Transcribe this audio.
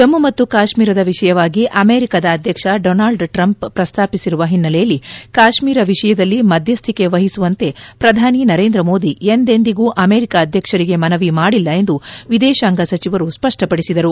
ಜಮ್ಮು ಮತ್ತು ಕಾಶ್ಮೀರದ ವಿಷಯವಾಗಿ ಅಮೆರಿಕದ ಅಧ್ಯಕ್ಷ ಡೊನಾಲ್ಡ್ ಟ್ರಂಪ್ ಪ್ರಸ್ತಾಪಿಸಿರುವ ಹಿನ್ನೆಲೆಯಲ್ಲಿ ಕಾಶ್ಮೀರ ವಿಷಯದಲ್ಲಿ ಮಧ್ಯಸ್ಥಿಕೆ ವಹಿಸುವಂತೆ ಪ್ರಧಾನಿ ನರೇಂದ್ರ ಮೋದಿ ಎಂದೆಂದಿಗೂ ಅಮೆರಿಕ ಅಧ್ಯಕ್ಷರಿಗೆ ಮನವಿ ಮಾಡಿಲ್ಲ ಎಂದು ವಿದೇಶಾಂಗ ಸಚಿವರು ಸ್ಪಷ್ಟಪಡಿಸಿದರು